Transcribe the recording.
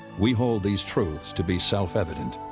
we hold these truths to be self-evident.